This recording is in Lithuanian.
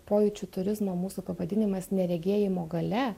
pojūčių turizmo mūsų pavadinimas neregėjimo galia